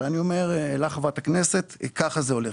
אני אומר לך חברת הכנסת שכך זה הולך.